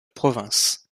province